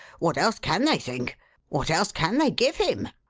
what else can they think what else can they give him?